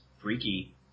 freaky